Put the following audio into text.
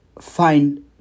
find